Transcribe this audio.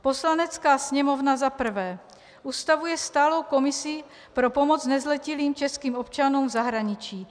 Poslanecká sněmovna I. ustavuje stálou komisi pro pomoc nezletilým českým občanům v zahraničí.